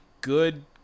good